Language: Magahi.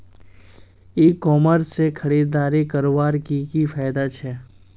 ई कॉमर्स से खरीदारी करवार की की फायदा छे?